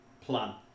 plan